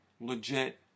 legit